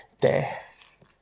death